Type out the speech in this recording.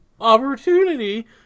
opportunity